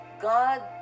God